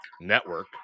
network